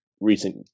recent